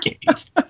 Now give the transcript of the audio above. games